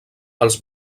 els